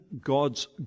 God's